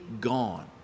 gone